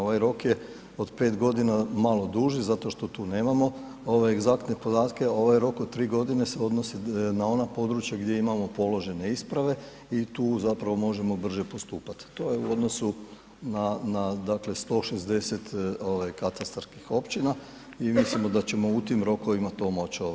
Ovaj rok je od 5 godina malo duži zato što tu nemamo egzaktne podatke, a ovaj rok od 3 godine se odnosi na ona područja gdje imamo položene isprave i tu zapravo možemo brže postupati, to je u odnosu na dakle, 160 katastarskih općina i mislimo da ćemo u tim rokovima to moći odraditi.